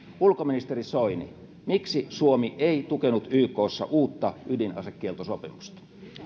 ulkoministeri soini miksi suomi ei tukenut ykssa uutta ydinasekieltosopimusta